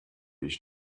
ich